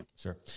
Sure